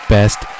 Best